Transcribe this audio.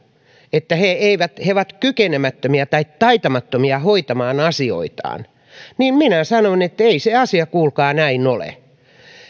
että he ovat kykenemättömiä tai taitamattomia hoitamaan asioitaan minä sanon että ei se asia kuulkaa näin ole